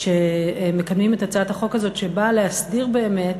שמקדמים את הצעת החוק הזאת שבאה להסדיר באמת